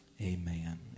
Amen